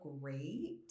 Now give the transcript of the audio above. great